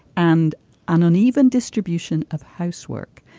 and an uneven distribution of housework.